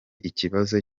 ikibazo